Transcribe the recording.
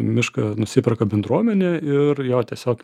mišką nusiperka bendruomenė ir jo tiesiog